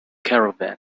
caravan